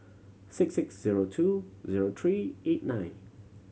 six six zero two zero three eight nine